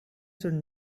should